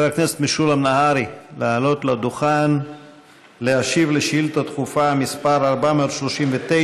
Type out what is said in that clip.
חבר הכנסת משולם נהרי לעלות לדוכן להשיב על שאילתה דחופה מס' 439,